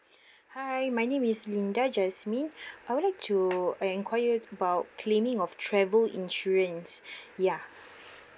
hi my name is linda jasmine I would like to enquire about claiming of travel insurance ya